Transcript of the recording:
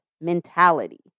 mentality